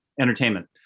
entertainment